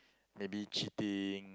maybe cheating